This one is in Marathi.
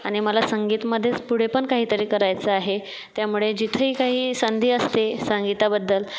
आणि मला संगीतामध्येच पुढे पण काहीतरी करायचं आहे त्यामुळे जिथेही काही संधी असते संगीताबद्दल